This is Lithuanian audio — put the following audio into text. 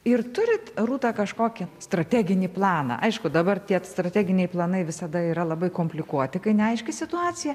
ir turit rūta kažkokį strateginį planą aišku dabar tie strateginiai planai visada yra labai komplikuoti kai neaiški situacija